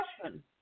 question